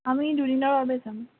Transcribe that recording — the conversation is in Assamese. আমি দুদিনৰ বাবে যাম